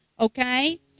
Okay